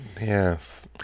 Yes